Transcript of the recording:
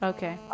Okay